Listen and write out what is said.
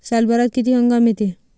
सालभरात किती हंगाम येते?